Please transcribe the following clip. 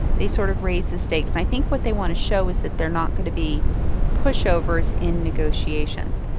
they sort of raise the stakes. and i think what they want to show is that they are not going to be pushovers in negotiations.